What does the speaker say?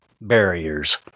barriers